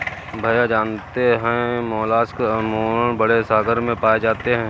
भैया जानते हैं मोलस्क अमूमन बड़े सागर में पाए जाते हैं